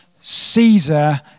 Caesar